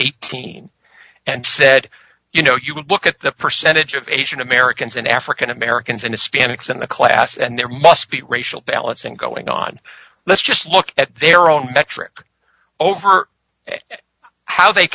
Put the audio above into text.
eighteen said you know you would look at the percentage of asian americans and african americans and hispanics in the class and there must be racial balance in going on let's just look at their own metric over how they